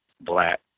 black